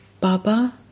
Baba